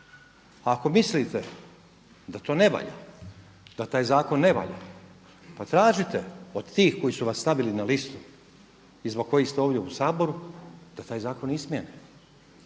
Ako mislite da to ne valja, da taj zakon ne valja, pa tražite od tih koji su vas stavili na listu i zbog kojih ste ovdje u Saboru da taj zakon izmjene.